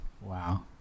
Wow